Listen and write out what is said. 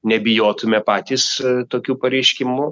nebijotume patys tokių pareiškimų